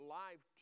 life